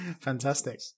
fantastic